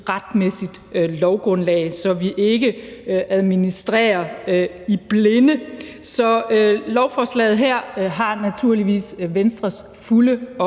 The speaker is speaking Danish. retmæssigt lovgrundlag, så vi ikke administrerer i blinde. Så lovforslaget her har naturligvis Venstres fulde